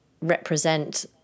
represent